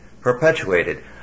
perpetuated